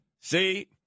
See